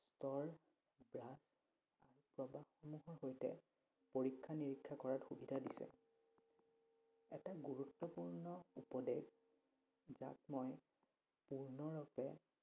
স্তৰ প্ৰবাহসমূহৰ সৈতে পৰীক্ষা নিৰীক্ষা কৰাত সুবিধা দিছে এটা গুৰুত্বপূৰ্ণ উপদেশ যাক মই পূৰ্ণ ৰূপে